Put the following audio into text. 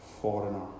foreigner